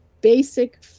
basic